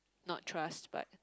not trust but